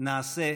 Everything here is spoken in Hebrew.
נעשה ונצליח.